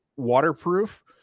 waterproof